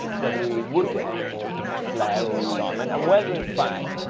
whether it would get any more kind of flair or excitement, and whether in fact,